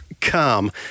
calm